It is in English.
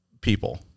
people